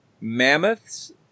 mammoths